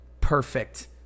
perfect